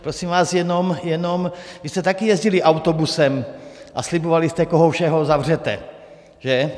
Prosím vás jenom, vy jste také jezdili autobusem a slibovali jste, koho všeho zavřete, že.